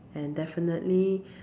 and definitely